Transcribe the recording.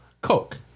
Coke